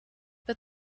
but